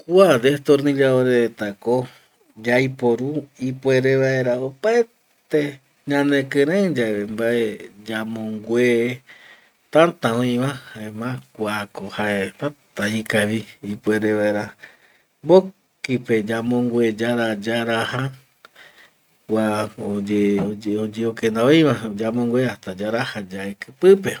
Kua destornilladore retako yaiporu ipuere vaera opaete ñanekirei yave opaete mbae yamongue täta oiva jaema kuako jae täta ikavi ipuere vaera mbokipe yamongue yara yaraja kua oyeokenda oiva, yamongue hasta yaraja yaiki pipe